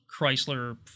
Chrysler